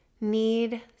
need